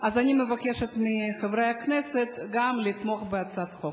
אז אני מבקשת גם מחברי הכנסת לתמוך בהצעת החוק.